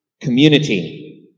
community